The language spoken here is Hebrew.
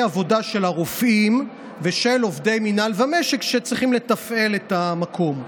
העבודה של הרופאים ושל עובדי מינהל ומשק שצריכים לתפעל את המקום.